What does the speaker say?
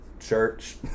church